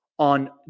On